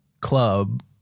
club